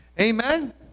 Amen